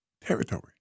territory